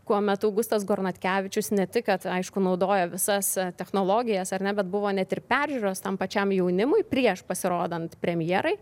kuomet augustas gornatkevičius ne tik kad aišku naudojo visas technologijas ar ne bet buvo net ir peržiūros tam pačiam jaunimui prieš pasirodant premjerai